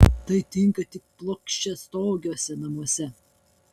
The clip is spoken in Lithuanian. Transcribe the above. tai tinka tik plokščiastogiuose namuose